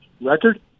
record